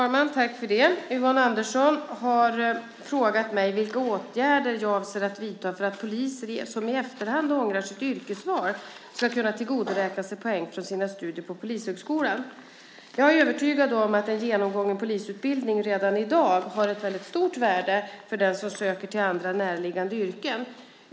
Herr talman! Yvonne Andersson har frågat mig vilka åtgärder jag avser att vidta för att poliser som i efterhand ångrar sitt yrkesval ska kunna tillgodoräkna sig poäng från sina studier på Polishögskolan. Jag är övertygad om att en genomgången polisutbildning redan i dag har ett väldigt stort värde för den som söker sig till andra närliggande yrken.